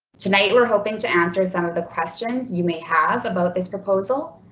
tonight we're hoping to answer some of the questions you may have about this proposal,